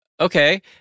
Okay